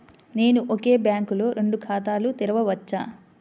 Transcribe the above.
నేను ఒకే బ్యాంకులో రెండు ఖాతాలు తెరవవచ్చా?